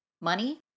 money